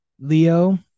Leo